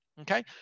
okay